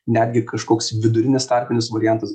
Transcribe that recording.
netgi kažkoks vidurinis tarpinis variantas